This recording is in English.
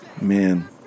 Man